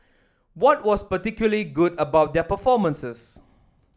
what was particularly good about their performances